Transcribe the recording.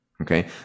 Okay